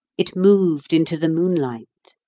it moved into the moonlight,